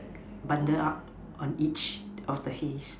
bundle up on each of the haze